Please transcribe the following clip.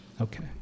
Okay